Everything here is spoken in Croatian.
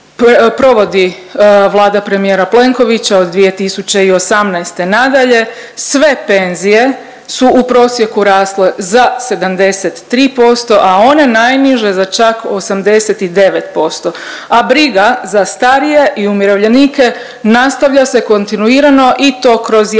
provodi vlada premijera Plenkovića od 2018. nadalje, sve penzije su u prosjeku rasle za 73%, a one najniže za čak 89%, a briga za starije i umirovljenike nastavlja se kontinuirano i to kroz jednu